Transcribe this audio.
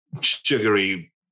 sugary